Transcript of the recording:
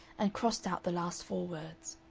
and crossed out the last four words.